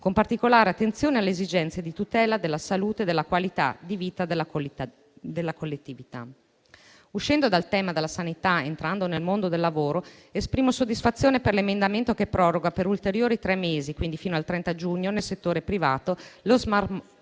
con particolare attenzione alle esigenze di tutela della salute e della qualità della vita della collettività. Uscendo dal tema della sanità ed entrando nel mondo del lavoro, esprimo soddisfazione per l'emendamento che proroga per ulteriori tre mesi nel settore privato, fino